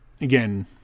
again